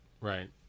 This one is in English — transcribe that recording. right